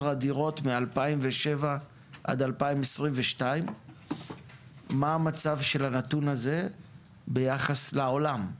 הדירות מ-2007 עד 2022. מה המצב של הנתון הזה ביחס לעולם?